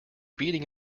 beating